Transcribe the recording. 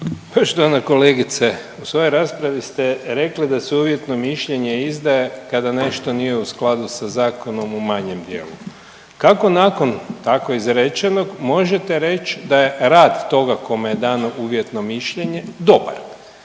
Poštovana kolegice, u svojoj raspravi ste rekli da svoje uvjetno mišljenje izdaje kada nešto nije u skladu sa zakonom u manjem dijelu. Kako nakon tako izrečenog možete reć da je rad toga kome je dano uvjetno mišljenje dobar,